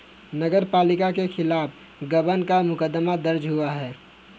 नगर पालिका के खिलाफ गबन का मुकदमा दर्ज हुआ है